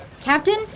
Captain